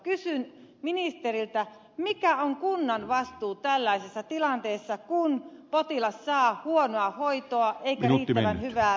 kysyn ministeriltä mikä on kunnan vastuu tällaisessa tilanteessa kun potilas saa huonoa hoitoa eikä riittävän hyvää potilasturvallisuutta